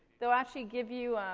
they'll actually give you